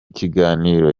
kiganiro